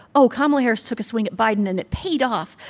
oh, kamala harris took a swing at biden and it paid off.